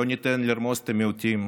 לא ניתן לרמוס את המיעוטים,